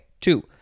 two